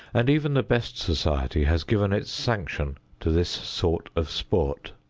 and even the best society has given its sanction to this sort of sport.